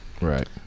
right